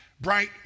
Bright